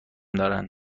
دارن